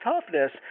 toughness